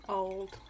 old